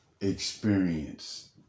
experience